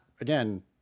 Again